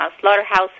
slaughterhouses